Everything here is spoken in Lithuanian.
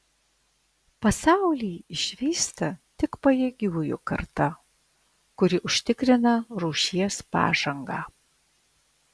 pasaulį išvysta tik pajėgiųjų karta kuri užtikrina rūšies pažangą